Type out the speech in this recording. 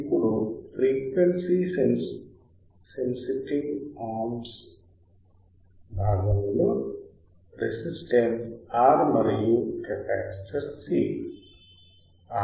ఇప్పుడు frequency sensitive arms భాగములో resistance R మరియు కెపాసిటర్ C